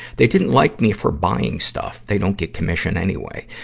they didn't like me for buying stuff they don't get commission anyway.